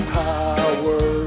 power